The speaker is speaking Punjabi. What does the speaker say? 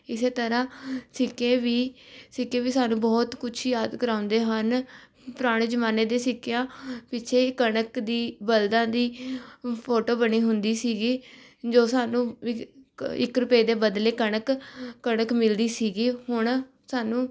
ਇਸ ਤਰ੍ਹਾਂ ਸਿੱਕੇ ਵੀ ਸਿੱਕੇ ਵੀ ਸਾਨੂੰ ਬਹੁਤ ਕੁਝ ਯਾਦ ਕਰਵਾਉਂਦੇ ਹਨ ਪੁਰਾਣੇ ਜ਼ਮਾਨੇ ਦੇ ਸਿੱਕਿਆਂ ਪਿੱਛੇ ਕਣਕ ਦੀ ਬਲਦਾਂ ਦੀ ਫੋਟੋ ਬਣੀ ਹੁੰਦੀ ਸੀਗੀ ਜੋ ਸਾਨੂੰ ਵਿੱਚ ਕ ਇੱਕ ਰੁਪਏ ਦੇ ਬਦਲੇ ਕਣਕ ਕਣਕ ਮਿਲਦੀ ਸੀਗੀ ਹੁਣ ਸਾਨੂੰ